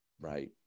Right